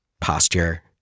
posture